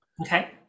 okay